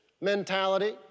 mentality